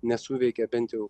nesuveikia bent jau